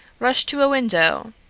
rushed to a window,